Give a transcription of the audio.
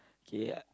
K